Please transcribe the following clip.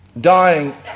Dying